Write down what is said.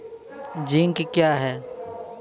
Zinc क्या हैं?